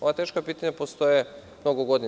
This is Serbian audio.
Ova teška pitanja postoje mnogo godina.